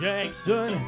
Jackson